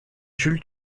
jules